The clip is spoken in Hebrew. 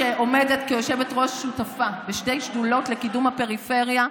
שעומדת כיושבת-ראש שותפה בשתי שדולות לקידום הפריפריה,